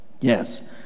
Yes